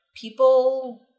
people